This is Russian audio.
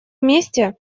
вместе